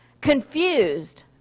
confused